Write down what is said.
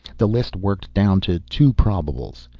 the list worked down to two probables.